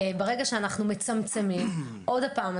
ברגע שאנחנו מצמצמים עוד הפעם,